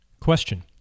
question